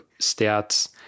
stats